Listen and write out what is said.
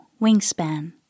Wingspan